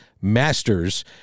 Masters